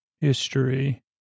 history